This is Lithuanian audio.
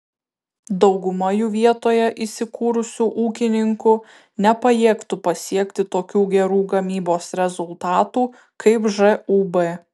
dauguma jų vietoje įsikūrusių ūkininkų nepajėgtų pasiekti tokių gerų gamybos rezultatų kaip žūb